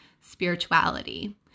spirituality